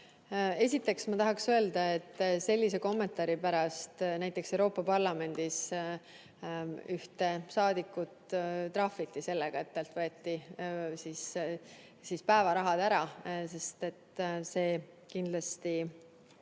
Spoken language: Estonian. Esiteks ma tahaksin öelda, et sellise kommentaari pärast näiteks Euroopa Parlamendis ühte saadikut trahviti sellega, et talt võeti päevarahad ära. See on kindlasti